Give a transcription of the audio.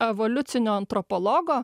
evoliucinio antropologo